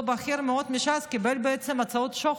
אותו בכיר מאוד מש"ס קיבל בעצם הצעות שוחד.